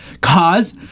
cause